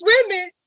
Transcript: swimming